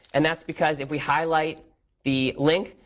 and that's because, if we highlight the link,